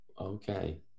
okay